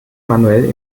manuell